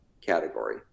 category